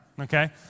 okay